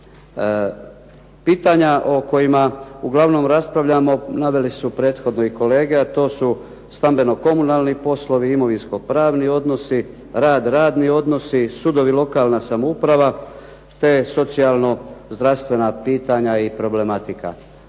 Pitanja o kojima uglavnom raspravljamo naveli su prethodno i kolege, a to su stambeno-komunalni poslovi, imovinsko-pravni odnosi, rad, radni odnosi, sudovi, lokalna samouprava te socijalno-zdravstvena pitanja i problematika.